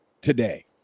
today